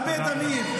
הרבה דמים.